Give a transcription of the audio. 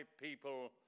people